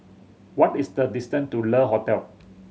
what is the distance to Le Hotel